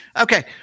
okay